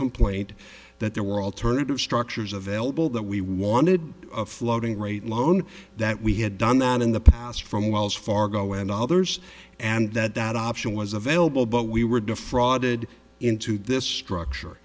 complaint that there were alternative structures available that we wanted a floating rate loan that we had done that in the past from wells fargo and others and that that option was available but we were defrauded into this structure